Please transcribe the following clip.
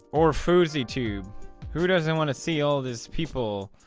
or fouseytube who doesn't wanna see all these people,